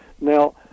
Now